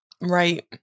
Right